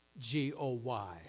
G-O-Y